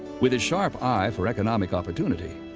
with his sharp eye for economic opportunity,